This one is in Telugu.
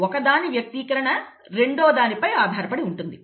ఒకదాని వ్యక్తీకరణ రెండవ దానిపై ఆధారపడి ఉంటుంది